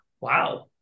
Wow